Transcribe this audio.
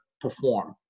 perform